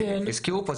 שהזכירו פה,